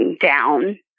down